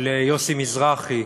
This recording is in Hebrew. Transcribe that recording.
של יוסי מזרחי,